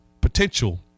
potential